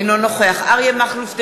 אינו נוכח אריה מכלוף דרעי,